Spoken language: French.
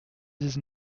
dix